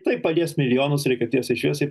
tai palies milijonus reikia tiesiai šviesiai